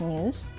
News